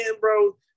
bro